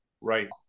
right